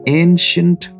ancient